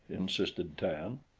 insisted tan.